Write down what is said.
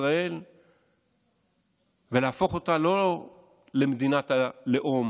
ישראל ולהפוך אותה לא למדינת הלאום